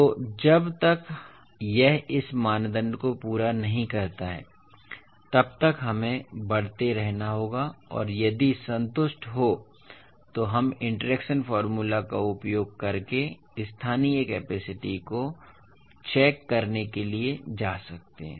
इसलिए जब तक यह इस मानदंड को पूरा नहीं करता है तब तक हमें बढ़ते रहना होगा और यदि संतुष्ट हो तो हम इंटरेक्शन फॉर्मूला का उपयोग करके स्थानीय कैपेसिटी को चेक करने के लिए जा सकते हैं